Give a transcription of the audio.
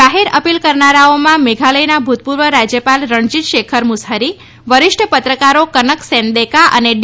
જાહેર અપીલ કરનારાઓમાં મેઘાલયના ભુતપૂર્વ રાજ્યપાલ રણજીત શેખર મુસહરી વરિષ્ઠ પત્રકારો કનક સેનદેકા અને ડી